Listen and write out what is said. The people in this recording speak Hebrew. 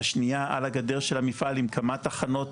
השנייה על הגדר של המפעל עם כמה תחנות